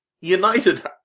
United